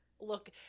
look